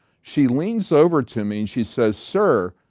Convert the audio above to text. she leans over to me and she says sir,